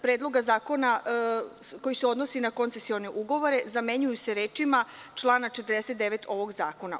Predloga zakona koji se odnosi na koncesione ugovore, zamenjuju se rečima: „člana 49. ovog zakona“